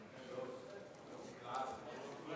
חבר